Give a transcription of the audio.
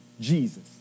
Jesus